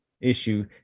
issue